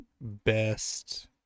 best